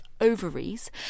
ovaries